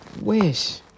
wish